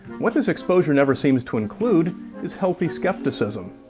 what this exposure never seems to include is healthy skepticism.